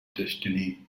destiny